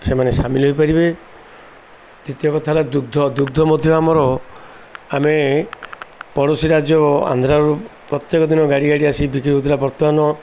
ସେମାନେ ସାମିଲ ହୋଇପାରିବେ ଦ୍ୱିତୀୟ କଥା ହେଲା ଦୁଗ୍ଧ ଦୁଗ୍ଧ ମଧ୍ୟ ଆମର ଆମେ ପଡ଼ୋଶୀ ରାଜ୍ୟ ଆନ୍ଧ୍ରାରୁ ପ୍ରତ୍ୟେକ ଦିନ ଗାଡ଼ି ଗାଡ଼ି ଆସି ବିକ୍ରି ହେଉଥିଲା ବର୍ତ୍ତମାନ